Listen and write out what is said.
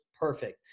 perfect